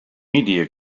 media